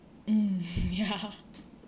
mm ya